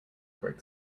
brick